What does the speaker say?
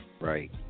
right